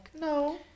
No